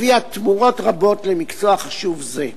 הביאה תמורות רבות למקצוע חשוב זה,